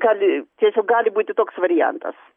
gali tiesiog gali būti toks variantas